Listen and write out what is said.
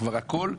כבר הכול,